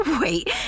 Wait